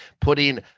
putting